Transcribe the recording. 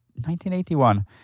1981